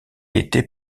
était